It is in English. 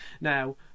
Now